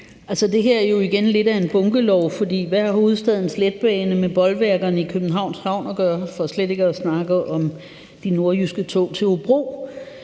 Det her er igen lidt af et bunkelovforslag, for hvad har Hovedstadens Letbane med bolværkerne i Københavns Havn at gøre, for slet ikke at snakke om de nordjyske tog til Hobro?